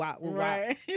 Right